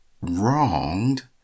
wronged